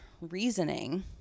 reasoning